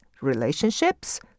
relationships